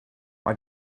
mae